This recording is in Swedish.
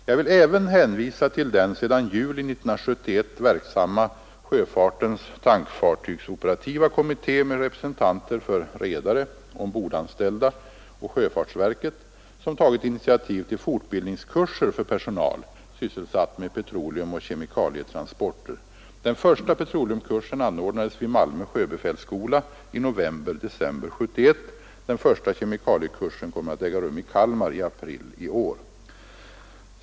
Jag vill även hänvisa till den sedan juli 1971 verksamma sjöfartens tankfartygsoperativa kommitté med representanter för redare, ombordanställda och sjöfartsverket, som tagit initiativ till fortbildningskurser för personal sysselsatt med petroleumoch kemikalietransporter. Den första petroleumkursen anordnades vid Malmö sjöbefälsskola i november-december 1971. Den första kemikaliekursen kommer att äga rum i Kalmar i april i år.